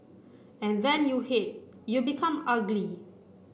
and when you hate you become ugly